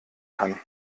kann